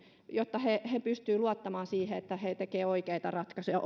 ja jotta he he pystyvät luottamaan siihen että tekevät oikeita ratkaisuja